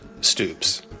Stoops